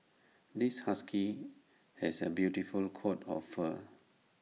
this husky has A beautiful coat of fur